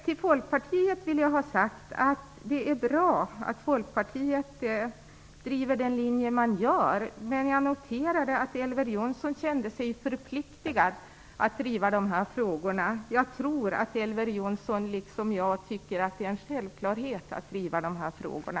Till Folkpartiet vill jag ha sagt att det är bra att Folkpartiet driver den linje man gör. Men jag noterade att Elver Jonsson kände sig förpliktigad att driva de här frågorna. Jag tror att Elver Jonsson liksom jag tycker att det är en självklarhet att driva de här frågorna.